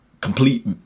complete